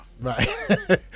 Right